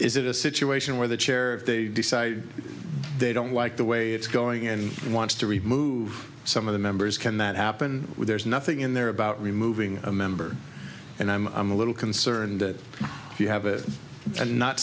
is it a situation where the chair they decide they don't like the way it's going and he wants to remove some of the members can that happen there's nothing in there about removing a member and i'm i'm a little concerned that you have it and not